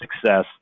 success